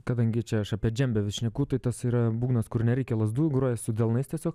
kadangi čia aš apie džembe vis šneku tai tas yra būgnas kur nereikia lazdų groji su delnais tiesiog